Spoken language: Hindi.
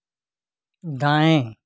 दाएँ